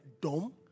dumb